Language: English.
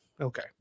Okay